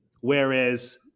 Whereas